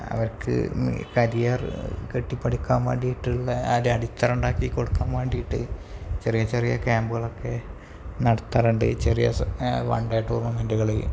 അവർക്ക് ഈ കരിയർ കെട്ടിപ്പടുക്കാൻ മാണ്ടീട്ടുള്ള ആ ഒരു അടിത്തറ ഉണ്ടാക്കി കൊടുക്കാൻ മാണ്ടീട്ട് ചെറിയ ചെറിയ ക്യാമ്പുകളൊക്കെ നടത്താറുണ്ട് ചെറിയോസം വൺ ഡേ ടൂർണമെൻറ്റ് കളി